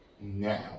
now